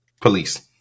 police